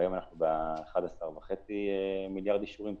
והיום אנחנו ב-11.5 מיליארד אישורים,